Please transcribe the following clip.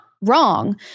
wrong